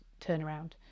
turnaround